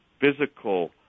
physical